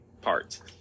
parts